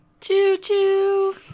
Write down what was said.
Choo-choo